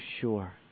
sure